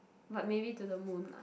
but maybe to the moon ah